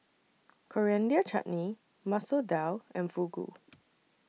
Coriander Chutney Masoor Dal and Fugu